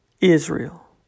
Israel